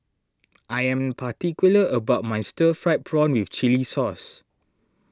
I am particular about my Stir Fried Prawn with Chili Sauce